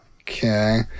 okay